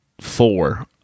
four